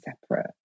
separate